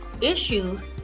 issues